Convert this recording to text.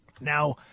Now